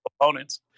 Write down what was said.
opponents